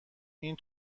این